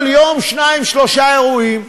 כל יום שניים-שלושה אירועים,